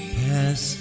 pass